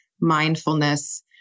mindfulness